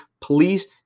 please